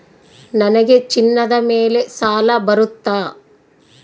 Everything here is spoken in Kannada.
ನನಗೆ ಚಿನ್ನದ ಮೇಲೆ ಸಾಲ ಬರುತ್ತಾ?